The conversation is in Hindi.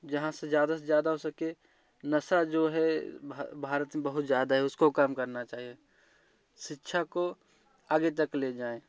जहाँ से ज्यादा से ज्यादा हो सके नशा जो है भारत में बहुत ज्यादा है उसको कम करना चाहिए शिक्षा को आगे तक ले जाएँ